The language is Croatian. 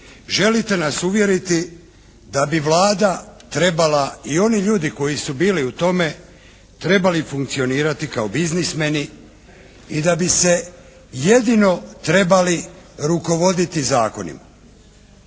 želite nas uvjeriti da bi Vlada trebala i oni ljudi koji su bili u tome trebali funkcionirati kao biznismeni i da bi se jedino trebali rukovoditi zakonima.